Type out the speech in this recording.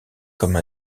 comme